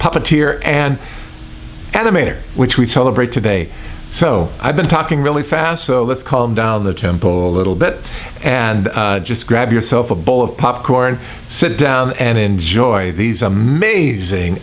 iteer and animator which we tolerate today so i've been talking really fast so let's call down the temple little bit and just grab yourself a bowl of popcorn sit down and enjoy these amazing